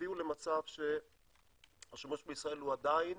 הביאו למצב שהשימוש בישראל הוא עדיין